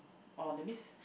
oh that means